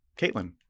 Caitlin